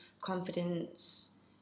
confidence